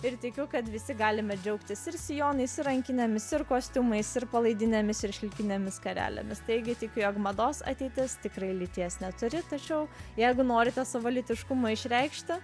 ir tikiu kad visi galime džiaugtis ir sijonais ir rankinėmis ir kostiumais ir palaidinėmis ir šilkinėmis skarelėmis taigi jog mados ateitis tikrai lyties neturi tačiau jeigu norite savo lytiškumą išreikšti